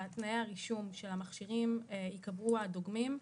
בתנאי הרישום של המכשירים ייקבעו הדוגמים,